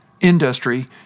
industry